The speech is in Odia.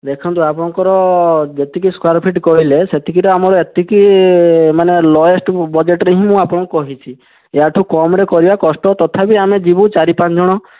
ଦେଖନ୍ତୁ ଆପଣଙ୍କର ଯେତିକି ସ୍କୋୟାର ଫିଟ୍ କହିଲେ ସେତିକିରେ ଆମର ଏତିକି ମାନେ ଲୋଏଷ୍ଟ ବଜେଟରେ ହିଁ ମୁଁ ଆପଣଙ୍କୁ କହିଛି ୟାଠୁ କମ୍ରେ କରିବା କଷ୍ଟ ତଥାପି ଆମେ ଯିବୁ ଚାରି ପାଞ୍ଚଜଣ